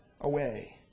away